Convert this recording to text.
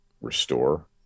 restore